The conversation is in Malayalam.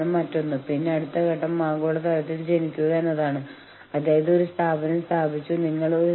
ശമ്പളവും ആനുകൂല്യങ്ങളും ഉൾപ്പെടെയുള്ള നഷ്ടപരിഹാരത്തിനു വേണ്ടിയുള്ള സമരമാണ് സാമ്പത്തിക പണിമുടക്ക്